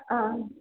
ಆಂ